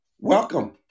Welcome